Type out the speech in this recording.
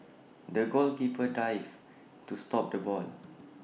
the goalkeeper dived to stop the ball